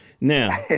Now